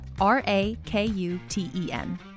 R-A-K-U-T-E-N